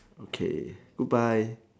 okay goodbye